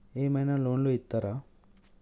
ఏమైనా లోన్లు ఇత్తరా?